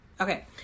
okay